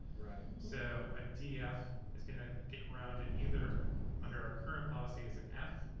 so a d f is gonna get rounded either under our current policy as an f,